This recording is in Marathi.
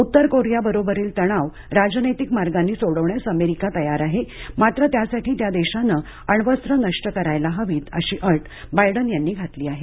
उत्तर कोरियाबरोबरील तणाव राजनैतिक मार्गांनी सोडवण्यास अमेरिका तयार आहे मात्र त्यासाठी त्या देशानं अण्वस्त्र नष्ट करायला हवीत अशी अट बायडन यांनी घातली आहे